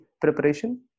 preparation